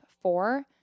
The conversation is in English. four